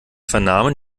vernahmen